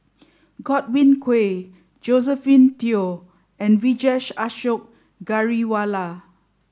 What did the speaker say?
Godwin Koay Josephine Teo and Vijesh Ashok Ghariwala